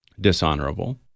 dishonorable